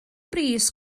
bris